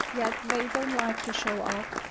yes, they don't like to show off